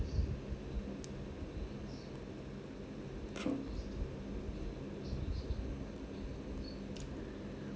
from